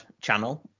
channel